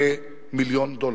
כמיליון דולר,